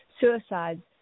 suicides